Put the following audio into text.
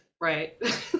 right